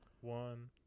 One